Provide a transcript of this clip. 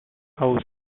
house